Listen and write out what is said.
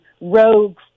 rogue